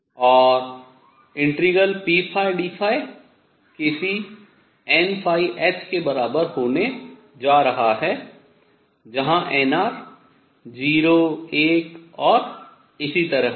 और ∫pdϕ किसी nh के बराबर होने जा रहा है जहां nr 0 1 और इसी तरह होगा